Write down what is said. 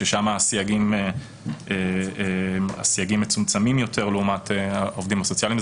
ששם הסייגים מצומצמים יותר לעומת העובדים הסוציאליים.